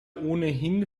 ohnehin